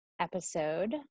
episode